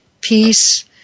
peace